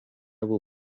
will